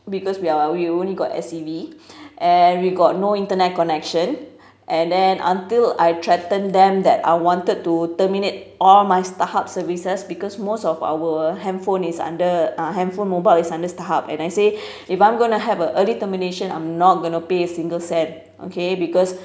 because we are we only got S_C_V and we got no internet connection and then until I threaten them that I wanted to terminate all my starhub services because most of our handphone is under uh handphone mobile is under starhub and I say if I'm gonna have a early termination I'm not gonna pay single cent okay because